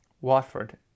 Watford